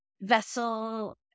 vessel